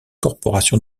corporation